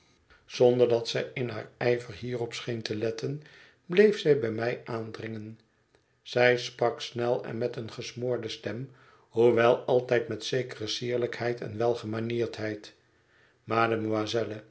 zonder dat zij in haar ij ver hierop scheen te letten bleef zij bij mij aandringen zij sprak snel en met eene gesmoorde stem hoewel altijd met zekere sierlijkheid en welgemanierdheid mademoiselle